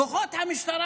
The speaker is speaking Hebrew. כוחות המשטרה,